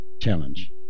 challenge